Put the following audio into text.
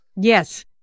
Yes